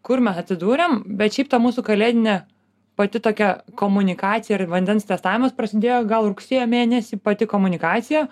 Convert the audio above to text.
kur mes atsidūrėm bet šiaip ta mūsų kalėdinė pati tokia komunikacija ir vandens testavimas prasidėjo gal rugsėjo mėnesį pati komunikacija